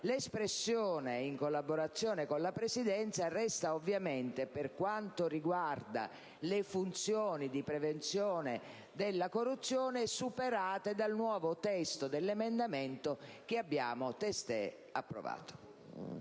L'espressione «in collaborazione con la Presidenza» resta ovviamente, per quanto riguarda le funzioni di prevenzione della corruzione, superata dal nuovo testo dell'emendamento che abbiamo testé approvato.